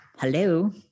Hello